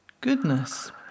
Goodness